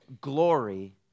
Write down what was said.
glory